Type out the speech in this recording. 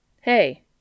Hey